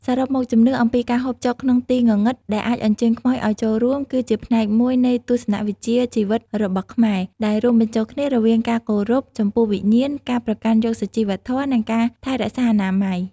សរុបមក ជំនឿអំពីការហូបចុកក្នុងទីងងឹតដែលអាចអញ្ជើញខ្មោចឲ្យចូលរួម គឺជាផ្នែកមួយនៃទស្សនៈវិជ្ជាជីវិតរបស់ខ្មែរ ដែលរួមបញ្ចូលគ្នារវាងការគោរពចំពោះវិញ្ញាណ ការប្រកាន់យកសុជីវធម៌ និងការថែរក្សាអនាម័យ ។